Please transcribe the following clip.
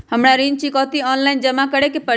हमरा ऋण चुकौती ऑनलाइन जमा करे के परी?